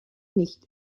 nicht